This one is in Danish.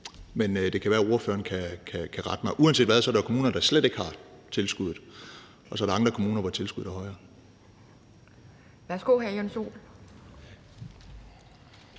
men det kan være, at ordføreren kan rette mig. Uanset hvad er der jo kommuner, som slet ikke har tilskuddet, og så er der andre kommuner, hvor tilskuddet er højere.